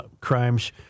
crimes